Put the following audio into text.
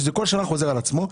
ובכל שנה זה חוזר על עצמו,